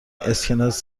اسکناس